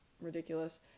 ridiculous